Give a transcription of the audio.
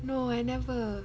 no I never